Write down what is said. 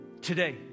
Today